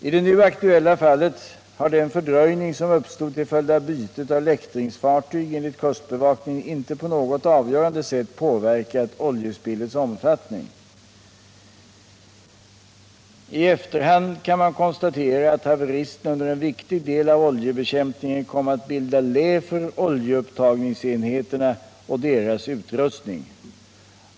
I det nu aktuella fallet har den fördröjning som uppstod till följd av bytet av läktringsfartyg enligt kustbevakningen inte på något avgörande sätt påverkat oljespillets omfattning. I efterhand kan man konstatera att haveristen under en viktig del av oljebekämpningen kom att bilda lä för oljeupptagningsenheterna och deras utrustning.